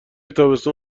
تابستون